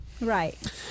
Right